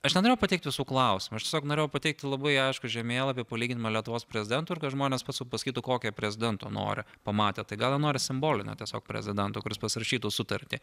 aš nenorėjau pateikti visų klausimų aš tiesiog norėjau pateikti labai aiškų žemėlapį palyginimą lietuvos prezidentų ir kad žmonės pasi pasakytų kokio prezidento nori pamatę tai gal jie nori simbolinio tiesiog prezidento kuris pasirašytų sutartį